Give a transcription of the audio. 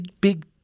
big